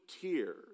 tears